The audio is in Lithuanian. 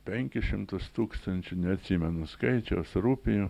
penkis šimtus tūkstančių neatsimenu skaičiaus rupijų